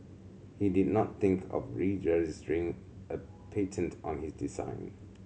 he did not think of registering a patent on his design